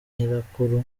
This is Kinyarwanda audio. nyirakuru